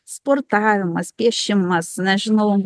sportavimas piešimas na žinau